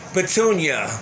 Petunia